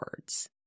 words